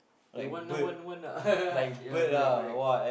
I want now want now want not yeah correct